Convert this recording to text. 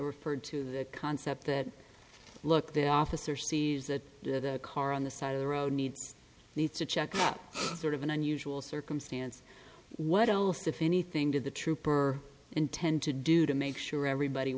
referred to the concept that look the officer sees that the car on the side of the road needs needs to check up sort of an unusual circumstance what if anything did the trooper intend to do to make sure everybody